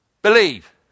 Believe